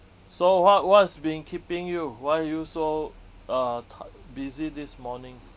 so wha~ what's been keeping you why you so uh ta~ busy this morning